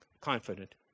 confident